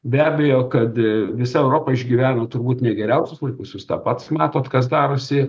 be abejo kad visa europa išgyvena turbūt ne geriausius laikus jūs tą pats matot kas darosi